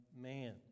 man